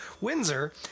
Windsor